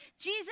Jesus